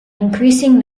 increasing